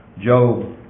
Job